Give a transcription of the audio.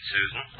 Susan